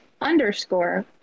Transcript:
underscore